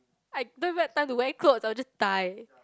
I don't even have time to wear clothes I'll just die